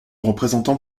représentant